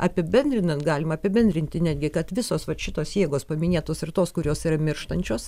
apibendrinant galima apibendrinti netgi kad visos vat šitos jėgos paminėtos ir tos kurios yra mirštančios